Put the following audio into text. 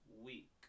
week